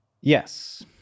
Yes